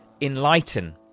enlighten